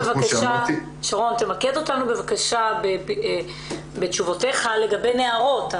תמקד אותנו בתשובותיך לגבי נערות.